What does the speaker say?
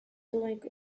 doing